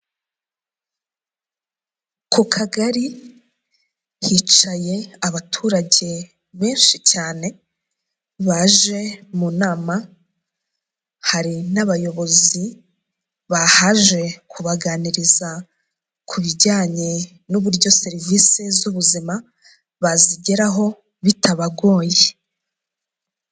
Ku kagari hicaye abaturage benshi cyane baje mu nama, hari n'abayobozi bahaje kubaganiriza ku bijyanye n'uburyo serivisi z'ubuzima bazigeraho bitabagoye.